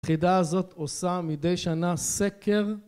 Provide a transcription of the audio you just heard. היחידה הזאת עושה מדי שנה סקר